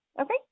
okay